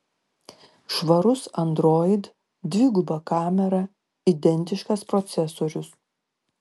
švarus android dviguba kamera identiškas procesorius